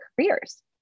careers